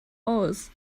aus